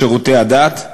שירותי הדת: